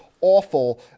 awful